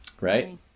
Right